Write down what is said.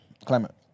Climate